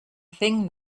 thing